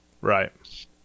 Right